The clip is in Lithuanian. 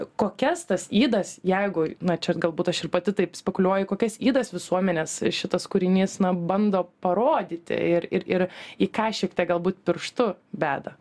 kokias tas ydas jeigu na čia galbūt aš ir pati taip spekuliuoju kokias ydas visuomenės šitas kūrinys na bando parodyti ir ir ir į ką šiek tiek galbūt pirštu beda